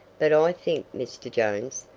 but i think mr. jones,